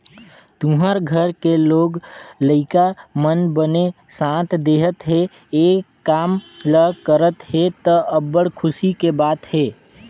तुँहर घर के लोग लइका मन बने साथ देहत हे, ए काम ल करत हे त, अब्बड़ खुसी के बात हे